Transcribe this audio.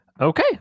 Okay